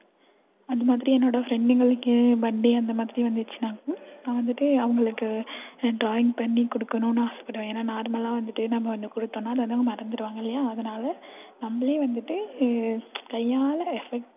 அதுமாதிரி என்னோடய ஃப்ரெண்டுகளுக்கு பர்த்டே அந்தமாதிரி வந்துச்சினாலும் நான் வந்துட்டு அவங்களுக்கு ட்ராயிங் பண்ணி கொடுக்கணுனு ஆசைப்படுவேன் ஏன்னா நார்மலாக வந்துட்டு நம்ம ஒன்று கொடுத்தோன்னா அதை வந்து மறந்திடுவாங்க இல்லையா அதனால நம்மளே வந்துட்டு கையால் எஃபெக்ட் போட்டு